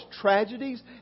tragedies